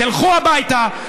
תלכו הביתה,